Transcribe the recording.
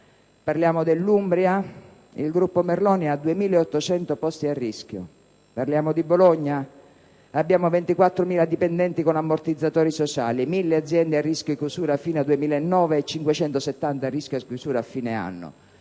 Parliamo dell'Umbria? Il gruppo Merloni conta 2.800 posti a rischio. Parliamo di Bologna? Abbiamo 24.000 dipendenti con ammortizzatori sociali, 1.000 aziende a rischio di chiusura fino al 2010 e 570 a rischio chiusura a fine anno.